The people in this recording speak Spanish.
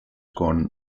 con